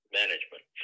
management